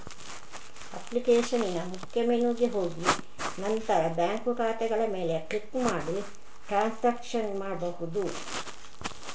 ಅಪ್ಲಿಕೇಶನಿನ ಮುಖ್ಯ ಮೆನುಗೆ ಹೋಗಿ ನಂತರ ಬ್ಯಾಂಕ್ ಖಾತೆಗಳ ಮೇಲೆ ಕ್ಲಿಕ್ ಮಾಡಿ ಟ್ರಾನ್ಸಾಕ್ಷನ್ ಮಾಡ್ಬಹುದು